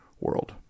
world